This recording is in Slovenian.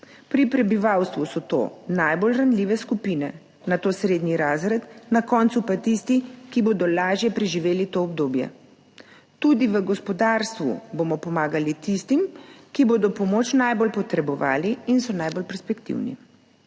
Pri prebivalstvu so to najbolj ranljive skupine, nato srednji razred, na koncu pa tisti, ki bodo lažje preživeli to obdobje. Tudi v gospodarstvu bomo pomagali tistim, ki bodo pomoč najbolj potrebovali in so najbolj perspektivni.«